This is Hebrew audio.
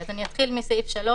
אז אתחיל מסעיף 3